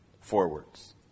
forwards